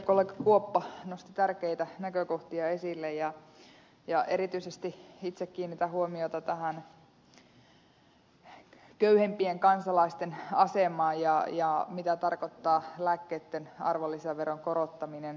edustajakollega kuoppa nosti tärkeitä näkökohtia esille ja erityisesti itse kiinnitän huomiota tähän köyhempien kansalaisten asemaan ja siihen mitä tarkoittaa lääkkeitten arvonlisäveron korottaminen